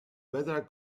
weather